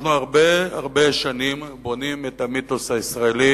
אנחנו הרבה הרבה שנים בונים את המיתוס הישראלי